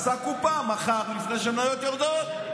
עשה קופה, מכר לפני שהמניות יורדות,